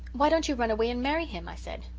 why don't you run away and marry him i said.